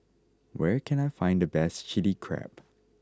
where can I find the best Chilli Crab